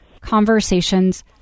conversations